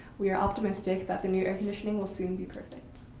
we are optimistic that the new air conditioning will soon be perfect.